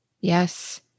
Yes